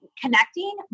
connecting